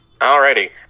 Alrighty